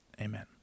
Amen